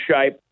shape